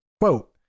quote